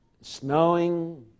snowing